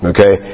Okay